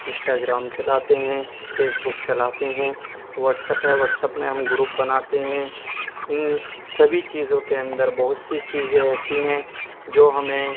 Instagram چلاتے ہیں Facebook چلاتے ہیں واٹسپ ہے واٹسپ میں ہم گروپ بناتے ہیں ان سبھی چیزوں کے اندر بہت سی چیزیں ایسی ہیں جو ہمیں